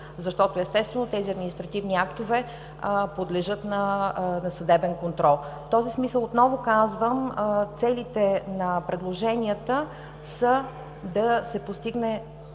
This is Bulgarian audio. защото, естествено тези административни актове подлежат на съдебен контрол. В този смисъл, отново казвам, целите на предложенията са да се постигне